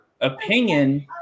opinion